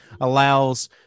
allows